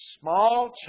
small